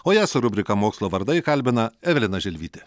o ją su rubrika mokslo vardai kalbina evelina želvytė